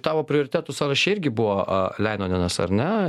tavo prioritetų sąraše irgi buvo a leinonenas ar ne